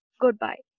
Goodbye